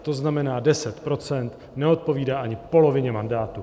To znamená, 10 % neodpovídá ani polovině mandátu.